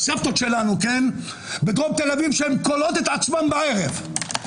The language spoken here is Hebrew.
שלנו, בדרום תל אביב, שכולאות עצמן בערב?